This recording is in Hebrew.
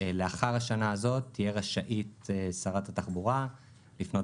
לאחר השנה הזאת תהיה רשאית שרת התחבורה לפנות